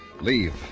Leave